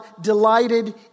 delighted